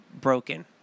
broken